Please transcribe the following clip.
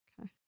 okay